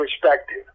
perspective